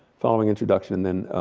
following introduction and